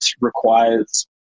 requires